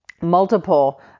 multiple